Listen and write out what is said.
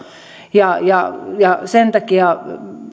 sen takia